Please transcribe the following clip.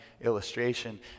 illustration